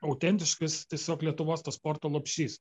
autentiškas tiesiog lietuvos tas sporto lopšys